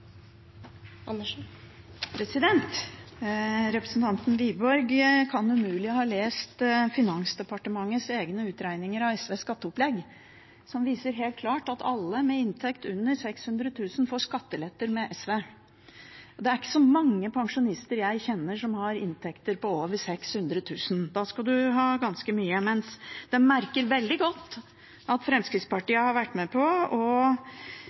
Representanten Wiborg kan umulig ha lest Finansdepartementets egne utregninger av SVs skatteopplegg, som viser helt klart at alle med inntekt under 600 000 kr, får skatteletter med SV. Det er ikke så mange pensjonister jeg kjenner som har inntekter på over 600 000. Da skal du ha ganske mye. Det merkes veldig godt at Fremskrittspartiet har vært med på – og